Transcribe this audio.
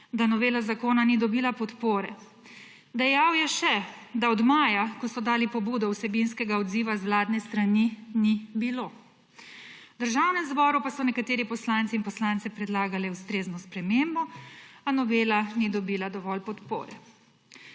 da novela zakona ni dobila podpore. Dejal je še, da od maja, ko so dali pobudo, vsebinskega odziva z vladne strani ni bilo. V Državnem zboru pa so nekateri poslanci in poslanke predlagali ustrezno spremembo, a novela ni dobila dovolj podpore.